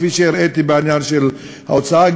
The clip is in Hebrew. כפי שהראיתי בעניין של ההוצאה,